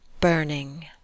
Burning